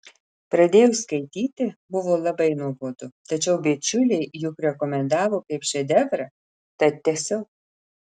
pradėjus skaityti buvo labai nuobodu tačiau bičiuliai juk rekomendavo kaip šedevrą tad tęsiau